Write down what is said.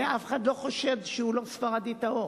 ואף אחד לא חושב שהוא לא ספרדי טהור.